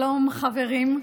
שלום, חברים.